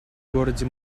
городе